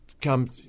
come